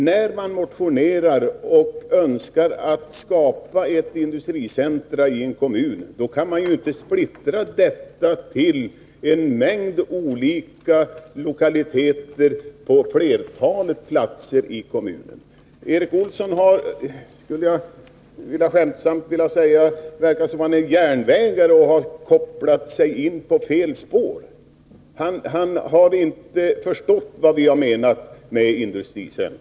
När man motionerar om ett industricentrum i en kommun kan man naturligtvis inte splittra förslaget till att gälla en mängd olika lokaliteter på ett flertal platser i kommunen. Jag skulle skämtsamt vilja säga att det verkar som om Erik Olsson är järnvägare och har kommit in på fel spår. Han har inte förstått vad vi har menat med industricentra.